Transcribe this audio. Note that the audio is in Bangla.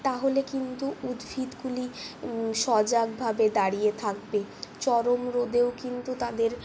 তাহলে কিন্তু উদ্ভিদগুলি সজাগভাবে দাঁড়িয়ে থাকবে চরম রোদেও কিন্তু তাদের